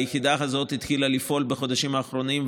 היחידה הזאת התחילה לפעול בחודשים האחרונים,